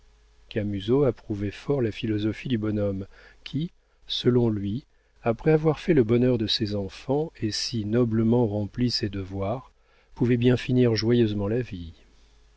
viagères camusot approuvait fort la philosophie du bonhomme qui selon lui après avoir fait le bonheur de ses enfants et si noblement rempli ses devoirs pouvait bien finir joyeusement la vie